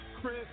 Chris